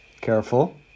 Careful